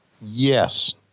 Yes